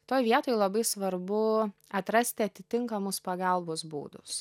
toj vietoj labai svarbu atrasti atitinkamus pagalbos būdus